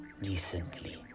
recently